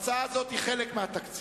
ההצעה הזאת היא חלק מהתקציב.